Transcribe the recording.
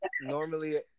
Normally